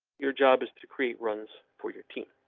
your job is to create runs for your team.